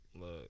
Look